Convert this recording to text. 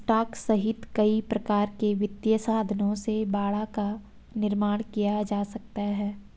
stock सहित कई प्रकार के वित्तीय साधनों से बाड़ा का निर्माण किया जा सकता है